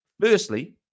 firstly